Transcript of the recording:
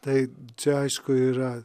tai čia aišku yra